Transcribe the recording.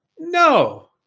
No